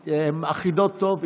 אם הן אחידות, טוב.